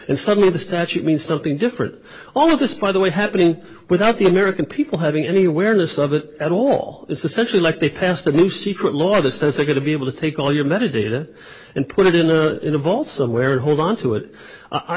and suddenly the statute means something different all of this by the way happening without the american people having anywhere in this of it at all this essentially like they passed a new secret law that says they're going to be able to take all your method data and put it in a in a vault somewhere and hold onto it i